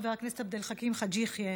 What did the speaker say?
חבר הכנסת עבד אל חכים חאג' יחיא,